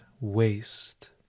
waste